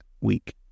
week